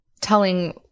telling